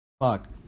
Fuck